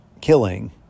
killing